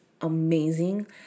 amazing